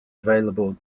available